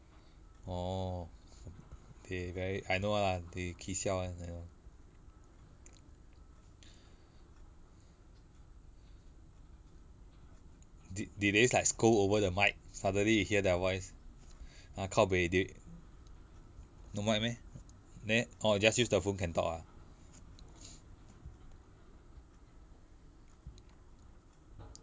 orh they very I know ah they kee siao [one] they all did did they like scold over the mic suddenly you hear their voice ah kao peh they no mic meh then orh just use the phone can talk ah